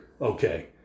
Okay